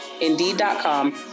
Indeed.com